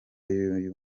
y’uyu